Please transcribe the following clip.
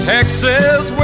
Texas